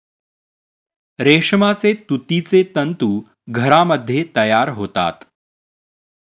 रेशमाचे तुतीचे तंतू घरामध्ये तयार होतात